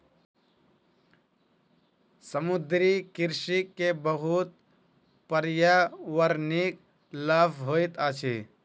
समुद्रीय कृषि के बहुत पर्यावरणिक लाभ होइत अछि